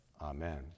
Amen